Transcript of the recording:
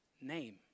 name